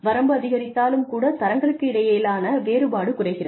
வரம்பு அதிகரித்தாலும் கூட தரங்களுக்கு இடையிலான வேறுபாடு குறைகிறது